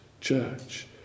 church